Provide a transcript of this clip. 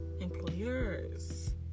employers